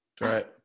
Right